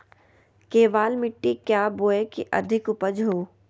केबाल मिट्टी क्या बोए की अधिक उपज हो?